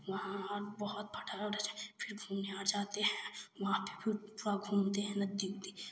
वहाँ बहुत पटाखा उटाखा जला फिर घूमने आ जाते हैं वहाँ पर फिर पूरा घूमते हैं नदी उदी पूरा